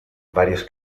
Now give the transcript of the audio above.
varios